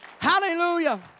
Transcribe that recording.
Hallelujah